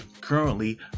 currently